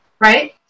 right